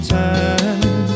time